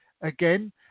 again